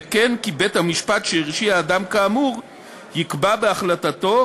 וכן כי בית-המשפט שהרשיע אדם כאמור יקבע בהחלטתו